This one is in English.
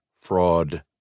fraud